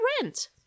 rent